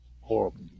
Horrible